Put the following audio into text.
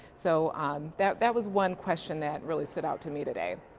so that that was one question that really stood out to me today.